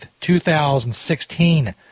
2016